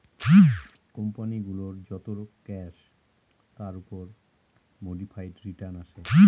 company গুলোর যত cash তার উপর মোডিফাইড রিটার্ন আসে